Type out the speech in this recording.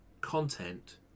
content